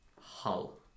Hull